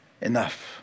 enough